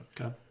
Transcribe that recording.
Okay